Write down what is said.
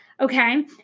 Okay